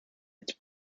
its